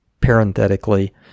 Parenthetically